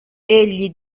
egli